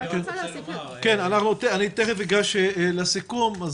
אני תכף אגש לסיכום.